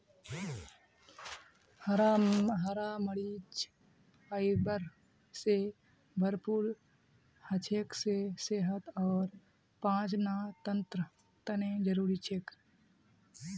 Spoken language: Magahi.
हरा मरीच फाइबर स भरपूर हछेक जे सेहत और पाचनतंत्रेर तने जरुरी छिके